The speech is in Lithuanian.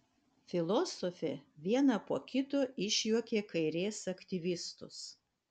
filosofė vieną po kito išjuokė kairės aktyvistus